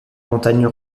montagnes